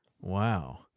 Wow